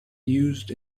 used